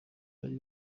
bari